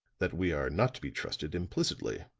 that we are not to be trusted implicitly.